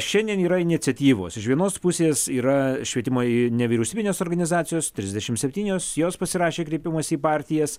šiandien yra iniciatyvos iš vienos pusės yra švietimai nevyriausybinės organizacijos trisdešimt septynios jos pasirašė kreipimąsi į partijas